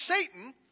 Satan